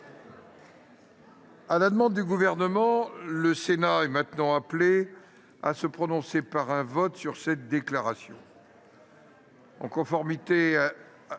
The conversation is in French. À la demande du Gouvernement, le Sénat est appelé à se prononcer par un vote sur la déclaration